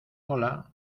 ola